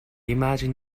imagine